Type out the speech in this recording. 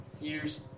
Years